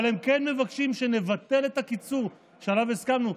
אבל הם כן מבקשים שנבטל את הקיצור שעליו הסכמנו,